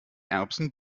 erbsen